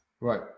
right